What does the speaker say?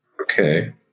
Okay